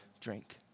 drink